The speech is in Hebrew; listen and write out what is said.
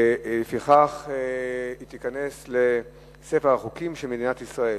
ולפיכך תיכנס לספר החוקים של מדינת ישראל.